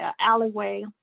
alleyway